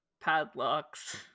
padlocks